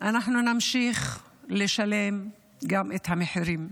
אנחנו גם נמשיך לשלם את המחירים.